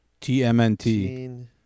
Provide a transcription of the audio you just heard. TMNT